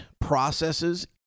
processes